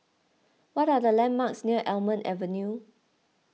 what are the landmarks near Almond Avenue